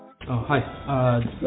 Hi